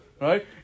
right